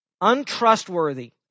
untrustworthy